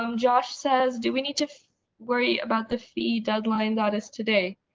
um josh says do we need to worry about the fee deadline that is today?